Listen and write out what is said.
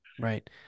right